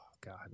God